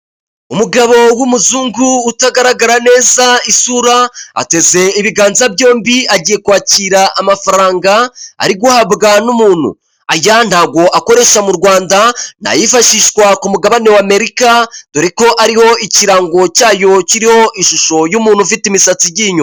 Umugabo w'umuzungu utagaragara neza isura uteze ibiganza byombi, agiye kwakira amafaranga ari guhabwa n'umuntu. Aya ntago akoresha mu Rwanda nayifashishwa ku mugabane w' Amerika dore ko ariho ikirango cyayo kiriho ishusho y'umuntu ufite imisatsi igi inyuma.